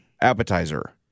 appetizer